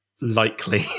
likely